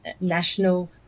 national